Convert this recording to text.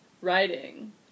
writing